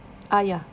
ah ya